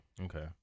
Okay